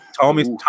tommy's